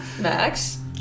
Max